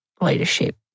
leadership